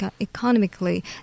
economically